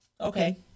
Okay